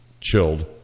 chilled